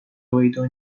võidu